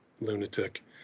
lunatic